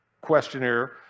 questionnaire